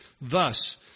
Thus